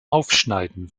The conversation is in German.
aufschneiden